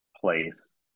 place